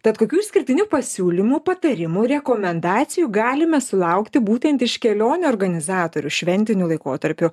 tad kokių išskirtinių pasiūlymų patarimų rekomendacijų galime sulaukti būtent iš kelionių organizatorių šventiniu laikotarpiu